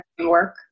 work